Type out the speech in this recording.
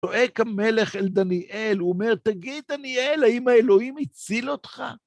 רואה כמלך אל דניאל, ואומר תגיד דניאל האם האלוהים הציל אותך?